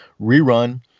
rerun